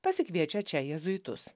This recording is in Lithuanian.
pasikviečia čia jėzuitus